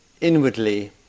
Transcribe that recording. Inwardly